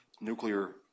nuclear